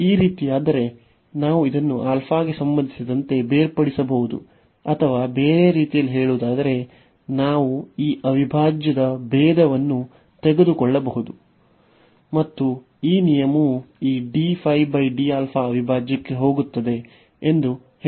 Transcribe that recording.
ಈ ರೀತಿಯಾದರೆ ನಾವು ಇದನ್ನು ಗೆ ಸಂಬಂಧಿಸಿದಂತೆ ಬೇರ್ಪಡಿಸಬಹುದು ಅಥವಾ ಬೇರೆ ರೀತಿಯಲ್ಲಿ ಹೇಳುವುದಾದರೆ ನಾವು ಈ ಅವಿಭಾಜ್ಯದ ಭೇದವನ್ನು ತೆಗೆದುಕೊಳ್ಳಬಹುದು ಮತ್ತು ನಿಯಮವು ಈ dϕ dα ಅವಿಭಾಜ್ಯಕ್ಕೆ ಹೋಗುತ್ತದೆ ಎಂದು ಹೇಳುತ್ತದೆ